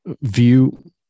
view